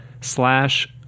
slash